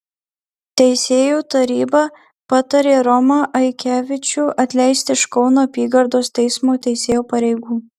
teisėjų taryba patarė romą aikevičių atleisti iš kauno apygardos teismo teisėjo pareigų